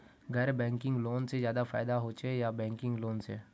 गैर banking loan से ज्यादा फायदा होचे या बैंकिंग लोन से?